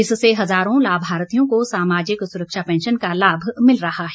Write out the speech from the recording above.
इससे हज़ारों लाभार्थियों को सामाजिक सुरक्षा पैंशन का लाभ मिल रहा है